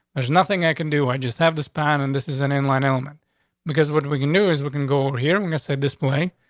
there's nothing i can do. i just have the spine and this is an in line element because what we can do is we can go over here and yes, i display.